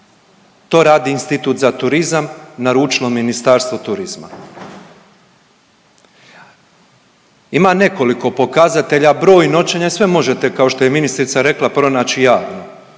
to radi Institut za turizam, naručilo Ministarstvo turizma. Ima nekoliko pokazatelja, broj noćenja, sve možete kao što je ministrica rekla pronaći javno,